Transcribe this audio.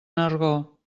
nargó